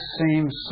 seems